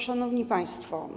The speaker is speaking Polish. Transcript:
Szanowni Państwo!